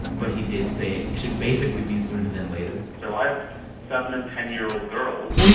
but he did say it should basically be sooner than later so i have seven and ten year old girls.